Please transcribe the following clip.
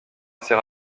assez